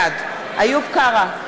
בעד איוב קרא,